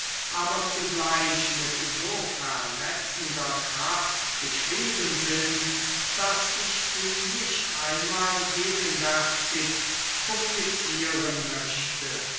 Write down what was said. aber zugleich mit so verletzender kraft geschrieben sind daß ich sie nicht einmal gegenwärtig publizieren möchte